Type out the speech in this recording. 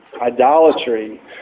idolatry